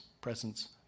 presence